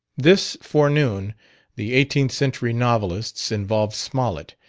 this forenoon the eighteenth century novelists involved smollett,